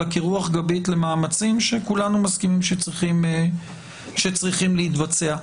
אלא כרוח גבית למאמצים שכולנו מסכימים שצריכים להתבצע.